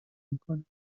میکند